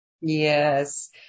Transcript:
Yes